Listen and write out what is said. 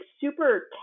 super